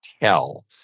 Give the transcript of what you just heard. tell